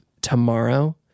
tomorrow